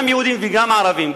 גם יהודים וגם ערבים,